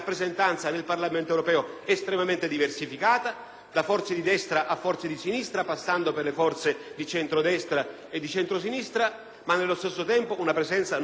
da forze di destra a forze di sinistra passando per le forze di centrodestra e centrosinistra, ma nello stesso tempo una presenza non parcellizzata in un modo francamente inaccettabile.